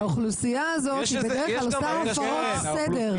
האוכלוסייה הזאת היא בדרך כלל עושה הפרות סדר.